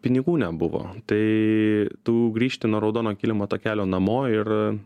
pinigų nebuvo tai tu grįžti nuo raudono kilimo takelio namo ir